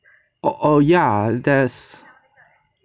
oh oh ya there's